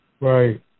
Right